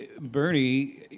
Bernie